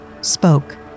spoke